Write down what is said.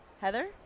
heather